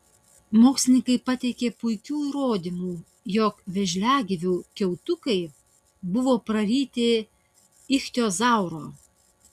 mokslininkai pateikė puikių įrodymų jog vėžiagyvių kiaukutai buvo praryti ichtiozauro